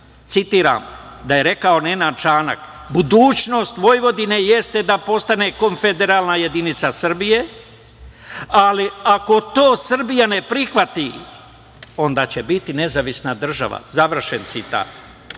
Arens, da je rekao Nenad Čanak: "budućnost Vojvodine jeste da postane konfederalna jedinica Srbije, ali ako to Srbija ne prihvati, onda će biti nezavisna država", završen citat.